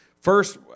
First